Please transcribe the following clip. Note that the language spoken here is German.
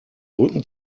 rücken